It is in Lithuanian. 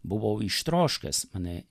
buvau ištroškęs mane